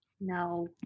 no